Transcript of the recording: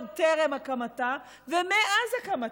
עוד טרם הקמתה ומאז הקמתה.